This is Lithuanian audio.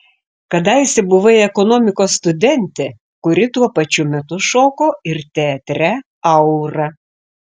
kadaise buvai ekonomikos studentė kuri tuo pačiu metu šoko ir teatre aura